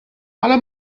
ale